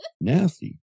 Nasty